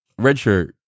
redshirt